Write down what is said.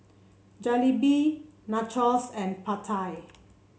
Jalebi Nachos and Pad Thai